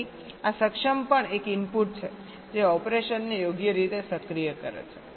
તેથી આ સક્ષમ પણ એક ઇનપુટ છે જે ઓપરેશનને યોગ્ય રીતે સક્રિય કરે છે